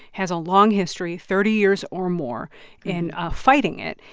has a long history thirty years or more in fighting it.